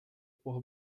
por